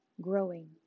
growing